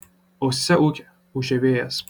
ausyse ūkė ūžė vėjas